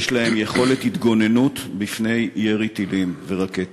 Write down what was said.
יש להם יכולת התגוננות מפני ירי טילים ורקטות.